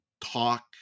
talk